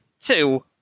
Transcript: Two